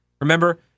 Remember